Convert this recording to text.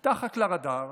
מחתימים מתחת לרדאר